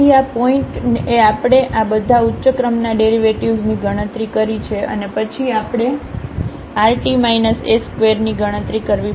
તેથી આ પોઇન્ટએ આપણે આ બધા ઉચ્ચ ક્રમના ડેરિવેટિવ્ઝની ગણતરી કરી છે અને પછી આપણે rt s2 ની ગણતરી કરવી પડશે